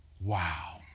Wow